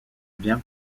bien